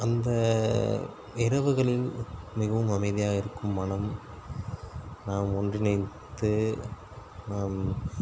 அந்த இரவுகளில் மிகவும் அமைதியாக இருக்கும் மனம் நாம் ஒன்றிணைத்து நாம்